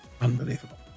Unbelievable